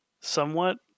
somewhat